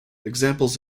examples